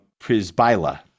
prisbyla